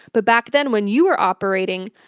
but back then when you were operating,